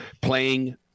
playing